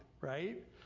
Right